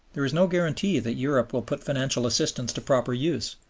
there is no guarantee that europe will put financial assistance to proper use,